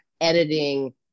editing